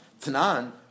Tanan